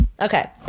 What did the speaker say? Okay